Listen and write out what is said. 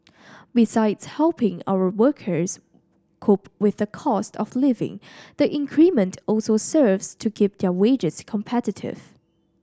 besides helping our workers cope with the cost of living the increment also serves to keep their wages competitive